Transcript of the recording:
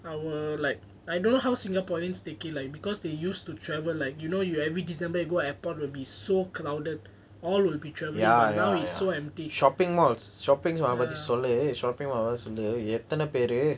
our like I don't know how singaporeans take it like because they used to travel like you know you every december you go airport will be so crowded all will travelling but now it's so empty